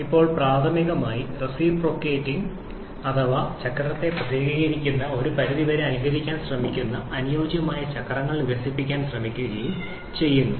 ഇപ്പോൾ ഇവിടെ നമ്മൾ പ്രാഥമികമായി റെസിപ്രോക്കേറ്റിംഗ് എഞ്ചിനുകളിലോ ഓട്ടോമൊബൈൽ എഞ്ചിനുകളിലോ ശ്രദ്ധ കേന്ദ്രീകരിക്കുകയും ആ റെസിപ്രോക്കേറ്റിംഗ് എഞ്ചിനുകളുടെ പ്രവർത്തനത്തെ ഒരു പരിധിവരെ അനുകരിക്കാൻ കഴിയുന്ന അനുയോജ്യമായ ചക്രങ്ങൾ വികസിപ്പിക്കാൻ ശ്രമിക്കുകയും ചെയ്യുന്നു